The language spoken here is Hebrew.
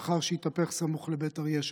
לאחר שהתהפך סמוך לבית אריה שבשומרון.